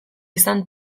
izan